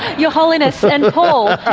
your holiness and paul